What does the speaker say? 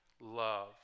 love